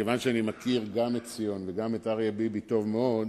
ומכיוון שאני מכיר גם את ציון וגם את אריה ביבי טוב מאוד,